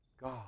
God